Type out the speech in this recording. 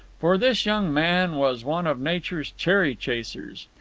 for this young man was one of nature's cherry-chasers.